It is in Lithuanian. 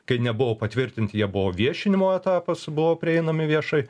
kai nebuvo patvirtinti jie buvo viešinimo etapas buvo prieinami viešai